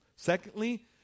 Secondly